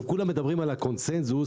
כולם מדברים על הקונצנזוס,